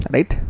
Right